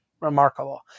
Remarkable